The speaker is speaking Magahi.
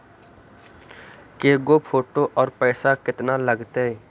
के गो फोटो औ पैसा केतना लगतै?